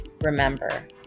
Remember